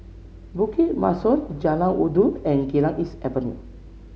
Bukit Mugliston Jalan Rindu and Geylang East Avenue